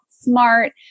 smart